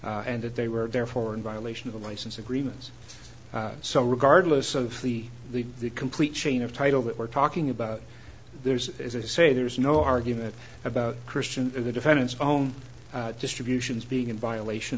and that they were therefore in violation of the license agreements so regardless of the the the complete chain of title that we're talking about there's as i say there's no argument about christian or the defendant's own distributions being in violation